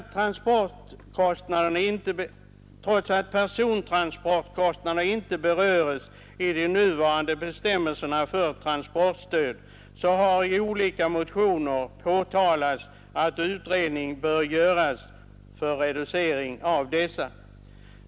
Trots att persontransportkostnaderna inte berörs i de nuvarande bestämmelserna för transportstöd har i olika motioner påpekats att utredning bör göras för reducering av dessa kostnader.